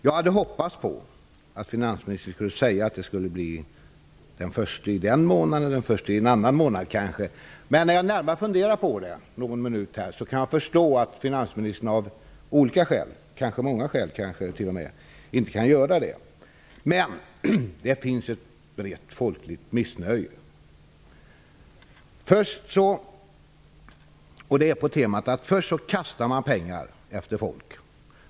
Jag hade hoppats att finansministern skulle ange ett datum. Men när jag funderat en stund kan jag förstå att finansministern inte kan göra det. Det folkliga missnöjet är stort. Det grundar sig i att man först kastade ut pengar.